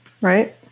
Right